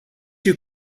you